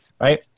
Right